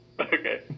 Okay